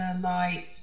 light